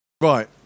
Right